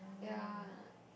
ya